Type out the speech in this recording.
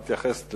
תתייחס,